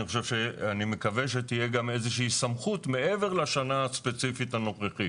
אני מקווה שתהיה גם איזושהי סמכות מעבר לשנה הספציפית הנוכחית.